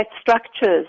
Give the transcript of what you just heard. structures